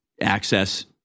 access